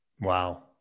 Wow